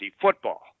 football